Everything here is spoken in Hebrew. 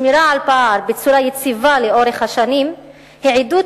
שמירה על פער בצורה יציבה לאורך השנים היא עדות